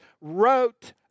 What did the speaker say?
wrote